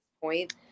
point